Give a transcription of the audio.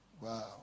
wow